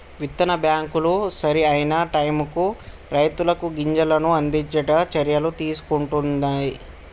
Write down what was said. విత్తన బ్యాంకులు సరి అయిన టైముకు రైతులకు గింజలను అందిచేట్టు చర్యలు తీసుకుంటున్ది